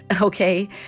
okay